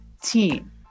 team